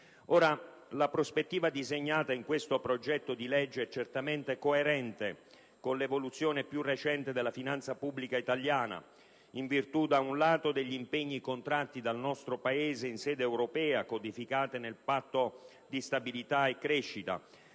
La prospettiva disegnata in questo progetto di legge è certamente coerente con l'evoluzione più recente della finanza pubblica italiana in virtù, da un lato, degli impegni contratti dal nostro Paese in sede europea, codificati nel Patto di stabilità e crescita